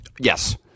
Yes